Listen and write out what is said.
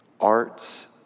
arts